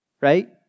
Right